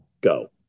go